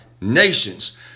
Nations